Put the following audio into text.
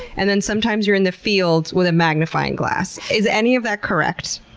and then sometimes you're in the field with a magnifying glass. is any of that correct?